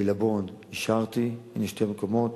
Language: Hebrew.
בעילבון אישרתי, הנה שני מקומות.